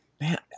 man